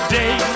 day